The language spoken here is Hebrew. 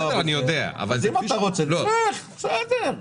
אם אתה רוצה שאנחנו נלך, בסדר,